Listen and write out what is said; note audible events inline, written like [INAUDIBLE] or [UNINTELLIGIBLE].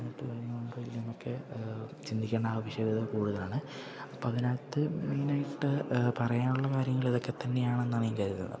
[UNINTELLIGIBLE] ഉണ്ടോ ഇല്ലയോയെന്നൊക്കെ ചിന്തിക്കേണ്ട ആവശ്യകത കൂടുതലാണ് അപ്പോള് അതിനകത്ത് മെയിനായിട്ട് പറയാനുള്ള കാര്യങ്ങള് ഇതൊക്കെ തന്നെയാണെന്നാണ് ഞാൻ കരുതുന്നത് അപ്പം